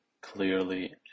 clearly